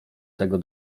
tego